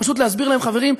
פשוט להסביר להם: חברים,